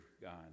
God